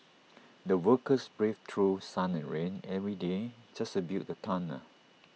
the workers braved through sun and rain every day just to build the tunnel